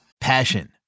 Passion